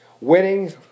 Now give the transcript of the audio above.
winning